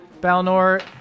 Balnor